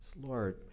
Lord